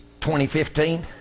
2015